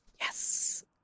Yes